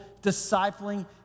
discipling